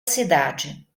cidade